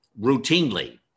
routinely